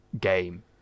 game